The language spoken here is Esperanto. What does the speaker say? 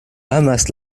amas